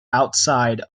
outside